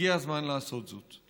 הגיע הזמן לעשות זאת.